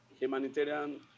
humanitarian